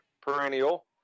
perennial